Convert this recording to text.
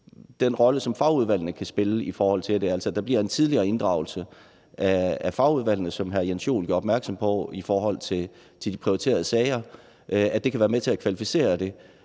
den rolle, som fagudvalgene kan spille, så der bliver en tidligere inddragelse af fagudvalgene, som hr. Jens Joel gjorde opmærksom på, i forhold til de prioriterede sager. Det kan være med til at kvalificere de